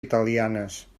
italianes